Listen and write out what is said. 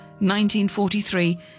1943